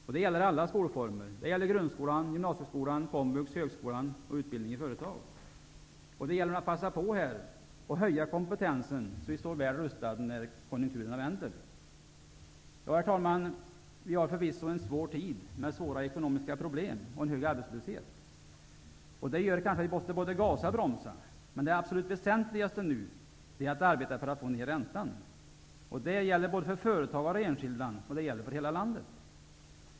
Det gäller alla skolformer. Det gäller grundskolan, gymnasieskolan, komvux, högskolan och utbildning i företag. Det gäller att passa på att höja kompetensen, så att vi står väl rustade när konjunkturerna vänder. Herr talman! Vi har förvisso en svår tid, med svåra ekonomiska problem och en hög arbetslöshet. Det gör kanske att vi både måste gasa och bromsa. Men det absolut väsentligaste nu är att vi arbetar för att få ner räntan. Detta gäller både företagare och enskilda, och det gäller för hela landet.